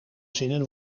zinnen